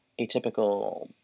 atypical